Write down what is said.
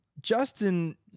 Justin